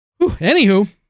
Anywho